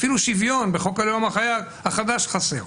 אפילו שוויון בחוק הלאום החדש חסר.